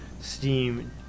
Steam